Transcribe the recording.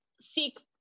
seek